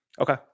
Okay